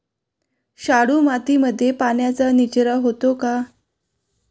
शाडू मातीमध्ये पाण्याचा निचरा होतो का?